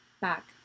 back